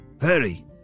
Hurry